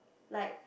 like